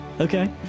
Okay